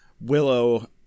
Willow